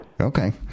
Okay